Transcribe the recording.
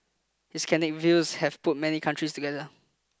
his candid views have put many countries together